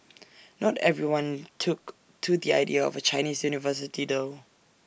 not everyone took to the idea of A Chinese university though